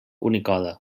unicode